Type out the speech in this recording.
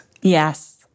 yes